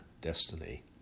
destiny